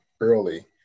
early